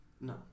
No